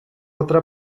otra